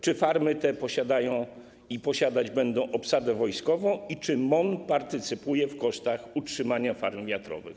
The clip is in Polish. Czy farmy te posiadają i posiadać będą obsadę wojskową i czy MON partycypuje w kosztach utrzymania farm wiatrowych.